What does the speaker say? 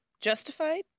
Justified